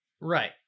right